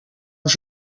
els